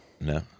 No